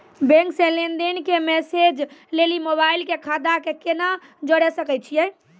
Bank से लेंन देंन के मैसेज लेली मोबाइल के खाता के केना जोड़े सकय छियै?